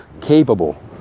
capable